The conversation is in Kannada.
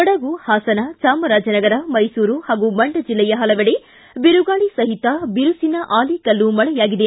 ಕೊಡಗು ಹಾಸನ ಚಾಮರಾಜನಗರ ಮೈಸೂರು ಹಾಗೂ ಮಂಡ್ಯ ಜಿಲ್ಲೆಯ ಪಲವೆಡೆ ಬಿರುಗಾಳಿ ಸಹಿತ ಬಿರುಸಿನ ಆಲಿಕಲ್ಲು ಮಳೆಯಾಗಿದೆ